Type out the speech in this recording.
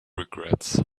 regrets